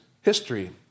history